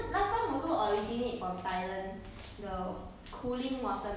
orh 新加坡现在有卖 ah okay okay 我很不知道我没有我没有注意这种